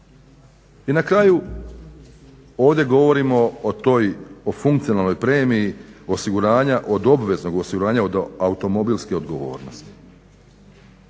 I na kraju, ovdje govorimo o toj, o funkcionalnoj premiji osiguranja od obveznog osiguranja od automobilske odgovornosti.